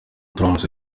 turamutse